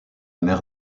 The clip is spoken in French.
mer